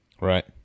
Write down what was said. right